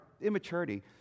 immaturity